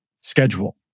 schedule